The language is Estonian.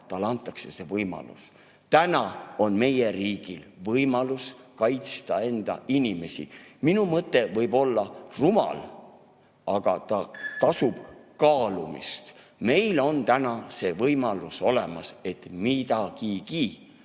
antakse võimalus. Täna on meie riigil võimalus kaitsta enda inimesi. Minu mõte võib olla rumal, aga tasub kaalumist. Meil on see võimalus olemas, et midagigi